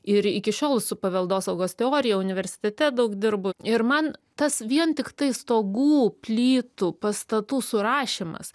ir iki šiol su paveldosaugos teorija universitete daug dirbu ir man tas vien tiktai stogų plytų pastatų surašymas